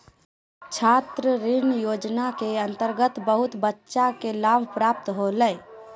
छात्र ऋण योजना के अंतर्गत बहुत बच्चा के लाभ प्राप्त होलय